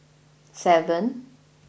seven